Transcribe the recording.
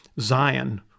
zion